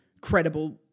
credible